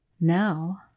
Now